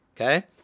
Okay